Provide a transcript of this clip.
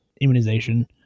immunization